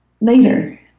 later